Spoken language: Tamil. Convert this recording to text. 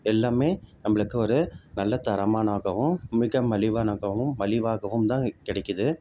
எல்லாமே நம்மளுக்கு ஒரு நல்ல தரமாகவும் மிக மலிவாகவும் மலிவாகவும் தான் கிடைக்குது